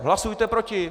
Hlasujte proti.